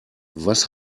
was